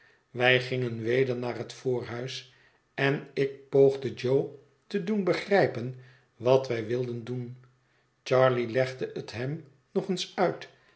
wij gingen weder naar het voorhuis en ik poogde jo te doen begrijpen wat wij wilden doen charley legde het hem nog eens uit